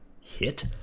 hit